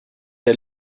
der